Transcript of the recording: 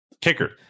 Kicker